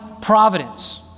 providence